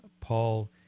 paul